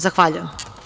Zahvaljujem.